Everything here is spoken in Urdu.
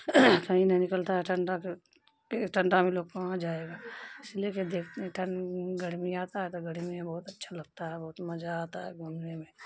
کہیں نہیں نکلتا ہے ٹھنڈا کے ٹھنڈا میں لوگ کہاں جائے گا اس لیے کہ دیکھتے ہیں گرمی آتا ہے تو گرمی میں بہت اچھا لگتا ہے بہت مزہ آتا ہے گھومنے میں